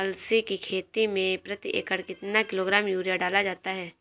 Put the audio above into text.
अलसी की खेती में प्रति एकड़ कितना किलोग्राम यूरिया डाला जाता है?